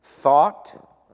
Thought